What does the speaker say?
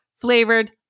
flavored